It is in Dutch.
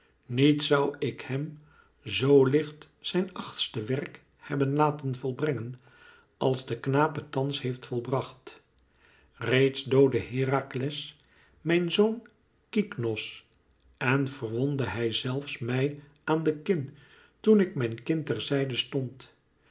niet zoû ik hem zo licht zijn achtste werk hebben laten volbrengen als de knaap het thans heeft volbracht reeds doodde herakles mijn zoon kyknos en verwondde hij zelfs mij aan de kin toen ik mijn kind ter zijde stond